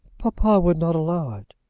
papa would not allow it.